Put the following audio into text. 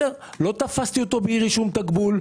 לא תפסתי אותו בלי רישום תקבול.